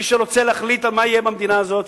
מי שרוצה להחליט על מה שיהיה במדינה הזו,